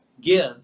give